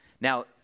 Now